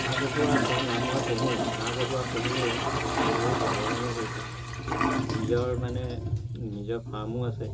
হাঁহ কুকুৰা পুহো মই পুহো হাঁহ কুকুৰা পুহিয়ে বহুত লাভৱানো হৈছোঁ নিজৰ মানে নিজৰ ফাৰ্মো আছে